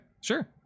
sure